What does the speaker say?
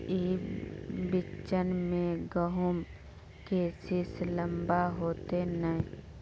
ई बिचन में गहुम के सीस लम्बा होते नय?